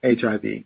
HIV